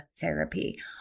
therapy